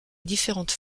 différentes